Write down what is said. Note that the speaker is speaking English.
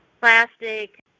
plastic